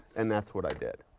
and that's what i did.